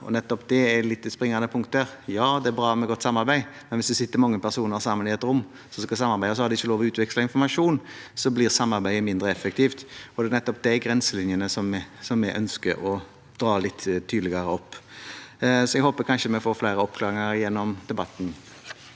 Nettopp det er det springende punktet. Det er bra med godt samarbeid, men hvis det sitter mange personer som skal samarbeide, i et rom, og de ikke lov til å utveksle informasjon, blir samarbeidet mindre effektivt. Det er nettopp de grenselinjene vi ønsker å dra litt tydeligere opp. Jeg håper vi får flere oppklaringer gjennom debatten.